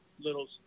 little